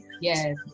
Yes